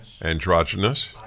Androgynous